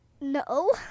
no